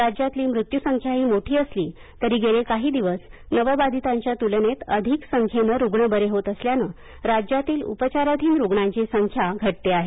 राज्यातली मृत्यूसंख्याही मोठी असली तरी गेले काही दिवस नव बाधितांच्या तुलनेत अधिक संख्येनं रुग्ण बरे होत असल्यानंराज्यातली उपचाराधीन रुग्णांची संख्या घटते आहे